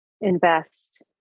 invest